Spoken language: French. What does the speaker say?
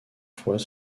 fois